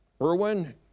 Erwin